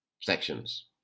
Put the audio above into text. sections